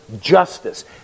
justice